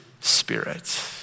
spirit